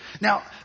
Now